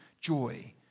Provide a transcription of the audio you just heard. joy